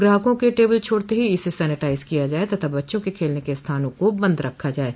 ग्राहकों के टेबल छोड़ते ही इसे सैनिटाइज किया जाये तथा बच्चों के खेलने के स्थानों को बंद रखा जाये